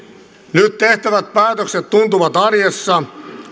nyt tehtävät päätökset tuntuvat arjessa